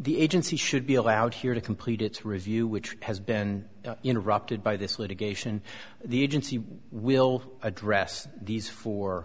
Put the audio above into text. the agency should be allowed here to complete its review which has been interrupted by this litigation the agency will address these fo